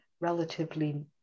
relatively